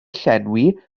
llenwi